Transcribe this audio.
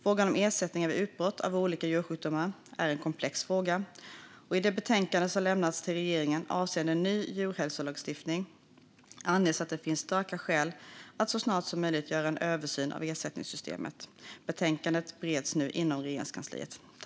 Frågan om ersättningar vid utbrott av olika djursjukdomar är en komplex fråga, och i det betänkande som lämnats till regeringen avseende ny djurhälsolagstiftning anges att det finns starka skäl att så snart som möjligt göra en översyn av ersättningssystemet. Betänkandet bereds nu inom Regeringskansliet.